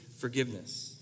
forgiveness